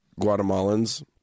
Guatemalans